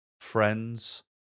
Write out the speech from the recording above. friends